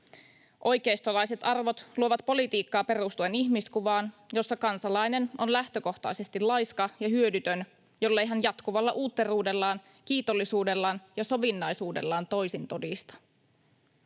Oikeistolaiset arvot luovat politiikkaa perustuen ihmiskuvaan, jossa kansalainen on lähtökohtaisesti laiska ja hyödytön, jollei hän jatkuvalla uutteruudellaan, kiitollisuudellaan ja sovinnaisuudellaan toisin todista.